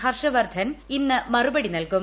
ഹർഷവർധൻ ഇന്ന് മറുപടി നൽകും